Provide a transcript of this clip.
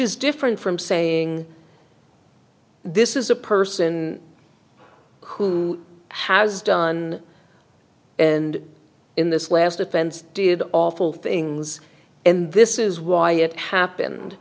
is different from saying this is a person who has done and in this last offense did awful things and this is why it happened